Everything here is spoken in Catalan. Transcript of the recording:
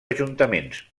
ajuntaments